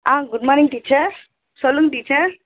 ஆ good morning teacher சொல்லுங்கள் teacher